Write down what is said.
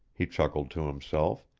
he chuckled to himself.